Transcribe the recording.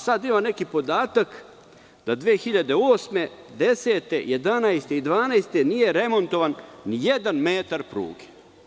Sada ima neki podatak da 2008, 2010, 2011. i 2012. godine nije remontovan ni jedan metar pruge.